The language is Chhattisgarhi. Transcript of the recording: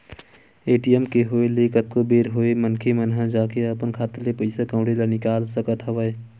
ए.टी.एम के होय ले कतको बेर होय मनखे मन ह जाके अपन खाता ले पइसा कउड़ी ल निकाल सकत हवय